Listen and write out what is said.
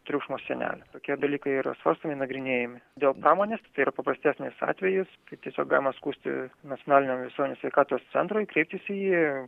triukšmo sienelę tokie dalykai yra sostinėje nagrinėjami dėl pramonės tai yra paprastesnis atvejis tai tiesiog galima skųsti nacionaliniam visuomenės sveikatos centrui kreiptis į jį